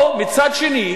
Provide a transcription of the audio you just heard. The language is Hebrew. או, מצד שני,